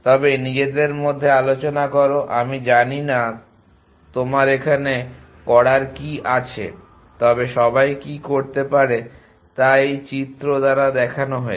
তবে নিজেদের মধ্যে আলোচনা করো আমি জানি না তোমার এখানে করার কী আছে তবে সবাই কী করতে পারে তা এই চিত্র দ্বারা দেখানো হয়েছে